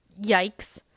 yikes